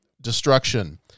destruction